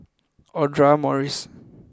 Audra Morrice